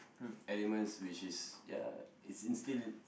elements which is ya is instill